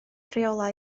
rheolau